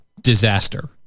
disaster